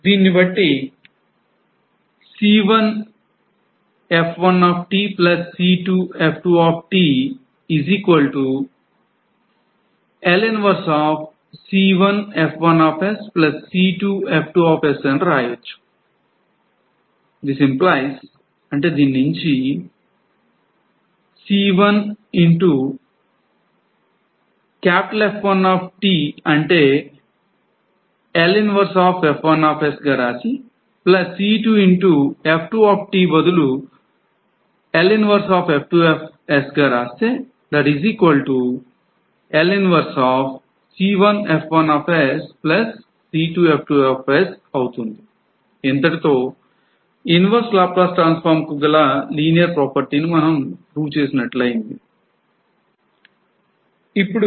దీన్ని బట్టి ఇంతటితో inverse Laplace transform కు గల linear property ని prove చేసినట్లయింది